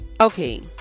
Okay